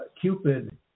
Cupid